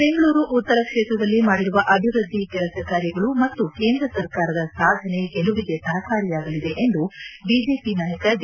ಬೆಂಗಳೂರು ಉತ್ತರ ಕ್ಷೇತ್ರದಲ್ಲಿ ಮಾಡಿರುವ ಅಭಿವೃದ್ಧಿ ಕೆಲಸ ಕಾರ್ಯಗಳು ಮತ್ತು ಕೇಂದ್ರ ಸರ್ಕಾರದ ಸಾಧನೆ ಗೆಲುವಿಗೆ ಸಹಕಾರಿಯಾಗಲಿದೆ ಎಂದು ಬಿಜೆಪಿ ನಾಯಕ ಡಿ